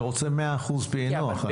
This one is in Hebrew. אני רוצה מאה אחוז פענוח,